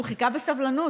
הוא חיכה בסבלנות.